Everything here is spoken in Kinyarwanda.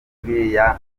kuriya